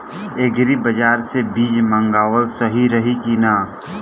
Agri बाज़ार से बीज मंगावल सही रही की ना?